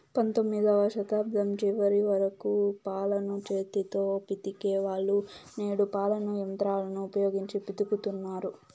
పంతొమ్మిదవ శతాబ్దం చివరి వరకు పాలను చేతితో పితికే వాళ్ళు, నేడు పాలను యంత్రాలను ఉపయోగించి పితుకుతన్నారు